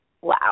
Wow